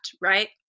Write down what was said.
right